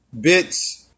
bits